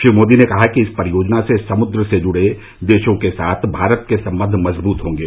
श्री मोदी ने कहा कि इस परियोजना से समुद्र से जूडे देशों के साथ भारत के संबंध मजबूत होंगे